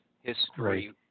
history